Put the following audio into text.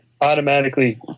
automatically